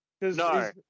no